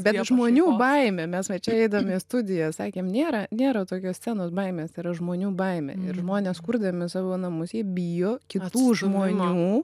bet žmonių baimė mes va čia eidami į studiją sakėm nėra nėra tokios scenos baimės yra žmonių baimė ir žmonės kurdami savo namus jie bijo kitų žmonių